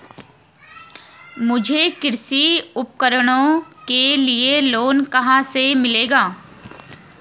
मुझे कृषि उपकरणों के लिए लोन कहाँ से मिलेगा?